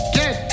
get